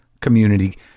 community